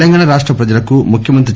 తెలంగాణ రాష్ట ప్రజలకు ముఖ్యమంత్రి కే